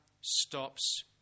stops